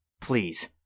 Please